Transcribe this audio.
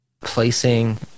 placing